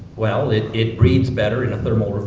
well, it it breeds better in a thermal